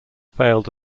failed